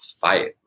fight